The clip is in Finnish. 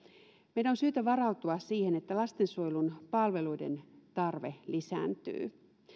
meidän on syytä varautua siihen että lastensuojelun palveluiden tarve lisääntyy